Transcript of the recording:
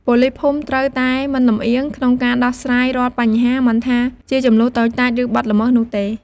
ប៉ូលីសភូមិត្រូវតែ មិនលម្អៀង ក្នុងការដោះស្រាយរាល់បញ្ហា មិនថាជាជម្លោះតូចតាច ឬបទល្មើសនោះទេ។